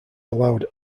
allowed